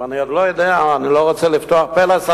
וגילו שאביו לפני 20 שנה היה באיזו הפגנה באיזה מקום.